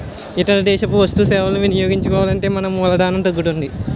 ఇతర దేశపు వస్తు సేవలని వినియోగించుకుంటే మన మూలధనం తగ్గుతుంది